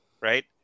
Right